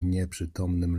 nieprzytomnym